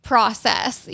process